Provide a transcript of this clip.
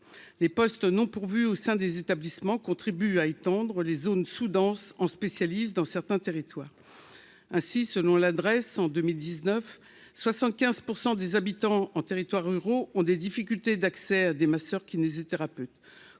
les postes non pourvus au sein des établissements contribue à étendre les zones sous-denses en spécialiste dans certains territoires ainsi selon l'adresse en 2019, 75 % des habitants en territoires ruraux ont des difficultés d'accès des ma soeur qui n'hésitent thérapeute